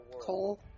Cole